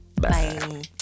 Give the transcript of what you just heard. bye